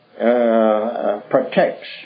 Protects